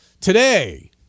Today